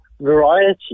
variety